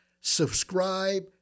subscribe